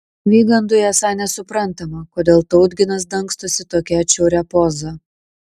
vygandui esą nesuprantama kodėl tautginas dangstosi tokia atšiauria poza